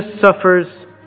suffers